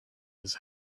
his